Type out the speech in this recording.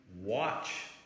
Watch